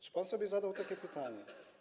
Czy pan sobie zadał takie pytanie?